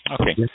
okay